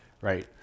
right